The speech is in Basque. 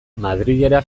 madrilera